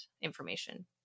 information